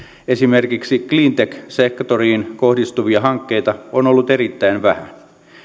esimerkiksi cleantech sektoriin kohdistuvia hankkeita on ollut erittäin vähän